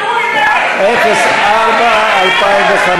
לסעיף 04, משרד